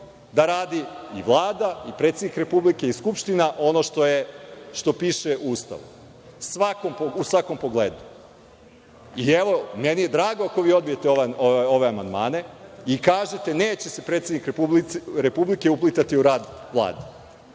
da radi i Vlada i predsednik Republike i Skupština ono što piše u Ustavu, u svakom pogledu. Meni je drago ako vi odbijete ove amandmane i kažete – neće se predsednik Republike uplitati u rad Vlade.